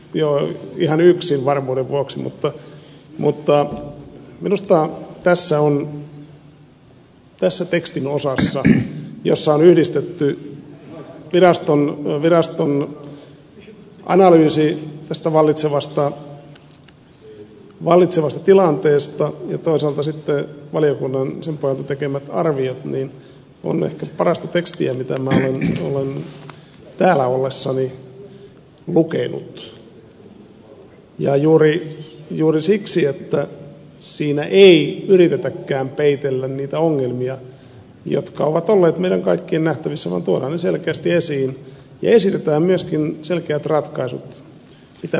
joo ihan yksin varmuuden vuoksi minusta tässä tekstin osassa jossa on yhdistetty viraston analyysi vallitsevasta tilanteesta ja toisaalta sitten valiokunnan sen pohjalta tekemät arviot on ehkä parasta tekstiä mitä minä olen täällä ollessani lukenut ja juuri siksi että siinä ei yritetäkään peitellä niitä ongelmia jotka ovat olleet meidän kaikkien nähtävissämme vaan tuodaan ne selkeästi esiin ja esitetään myöskin selkeät ratkaisut mitä pitäisi tehdä